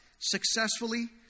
successfully